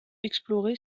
exploré